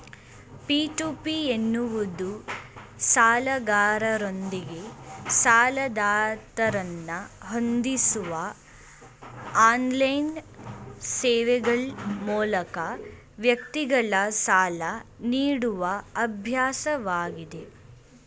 P to P ಎನ್ನುವುದು ಸಾಲಗಾರರೊಂದಿಗೆ ಸಾಲದಾತರನ್ನ ಹೊಂದಿಸುವ ಆನ್ಲೈನ್ ಸೇವೆಗ್ಳ ಮೂಲಕ ವ್ಯಕ್ತಿಗಳು ಸಾಲ ನೀಡುವ ಅಭ್ಯಾಸವಾಗಿದೆ